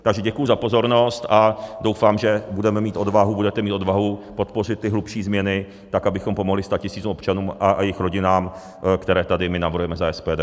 Takže děkuji za pozornost a doufám, že budeme mít odvahu, budete mít odvahu podpořit ty hlubší změny tak, abychom pomohli statisícům občanů a jejich rodinám, které tady my navrhujeme za SPD.